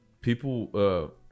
people